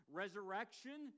resurrection